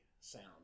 sound